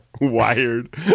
wired